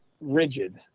rigid